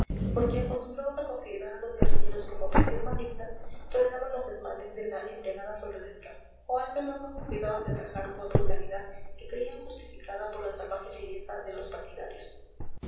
porque acostumbrados a considerar a los guerrilleros como bestias malignas toleraban los desmanes de la embriagada soldadesca o al menos no se cuidaban de atajar una brutalidad que creían justificada por la salvaje fiereza de los partidarios